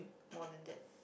more than that